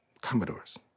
Commodores